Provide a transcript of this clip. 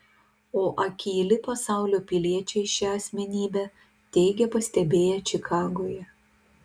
o akyli pasaulio piliečiai šią asmenybę teigia pastebėję čikagoje